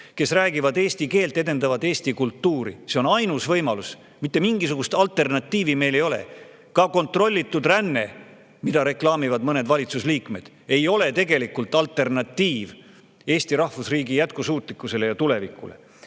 kes räägivad eesti keelt, edendavad eesti kultuuri. See on ainus võimalus, mitte mingisugust alternatiivi meil ei ole. Ka kontrollitud ränne, mida reklaamivad mõned valitsusliikmed, ei ole tegelikult alternatiiv Eesti rahvusriigi jätkusuutlikkusele ja tulevikule.